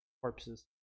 corpses